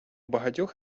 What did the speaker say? багатьох